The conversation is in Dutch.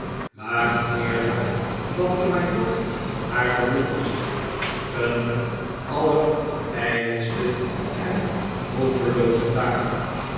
maar eerder dat de majoor haar bewonderde een allerijdelste en hopelooze taak